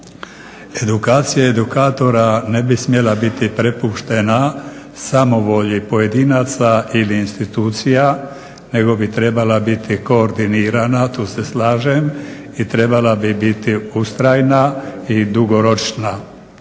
Edukacija edukatora ne bi smjela biti prepuštena samovolji pojedinaca ili institucija, nego bi trebala biti koordinirana, tu se slažem, i trebala bi biti ustrajna i dugoročna